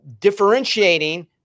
differentiating